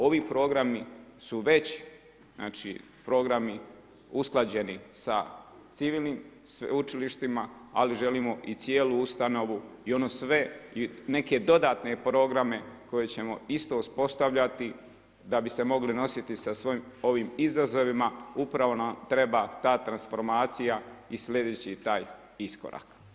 Ovi programi su već programi usklađeni sa civilnim sveučilištima, ali želimo i cijelu ustanovu i neke dodatne programe koje ćemo isto uspostavljati da bi se mogli nositi sa svim ovim izazovima, upravo nam treba ta transformacija i sljedeći taj iskorak.